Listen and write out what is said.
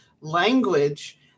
language